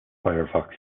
firefox